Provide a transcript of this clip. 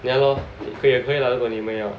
ya lor 也可以了如果你们要